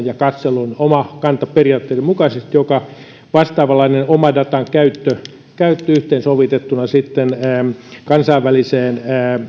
ja katselun omakanta periaatteiden mukaisesti vastaavanlainen omadatan käyttö käyttö yhteensovitettuna kansainväliseen